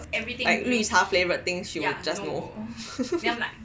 like 绿茶 flavoured things she will just no go